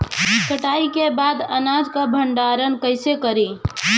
कटाई के बाद अनाज का भंडारण कईसे करीं?